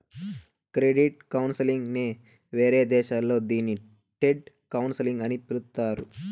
credit counselling నే వేరే దేశాల్లో దీన్ని డెట్ కౌన్సిలింగ్ అని పిలుత్తారు